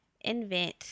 Invent